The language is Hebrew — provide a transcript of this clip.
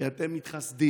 כי אתם מתחסדים,